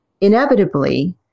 inevitably